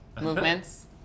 movements